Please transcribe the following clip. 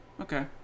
Okay